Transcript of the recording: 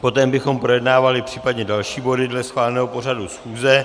Poté bychom projednávali případně další body dle schváleného pořadu schůze.